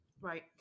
Right